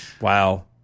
Wow